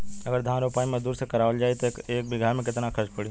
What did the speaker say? अगर धान क रोपाई मजदूर से करावल जाई त एक बिघा में कितना खर्च पड़ी?